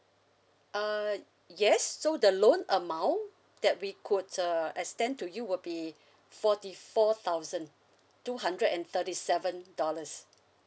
uh yes so the loan amount that we could uh extend to you would be forty four thousand two hundred and thirty seven dollars